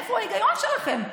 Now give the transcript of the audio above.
איפה ההיגיון שלכם?